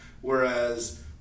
whereas